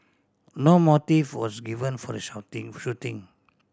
no motive was given for the shooting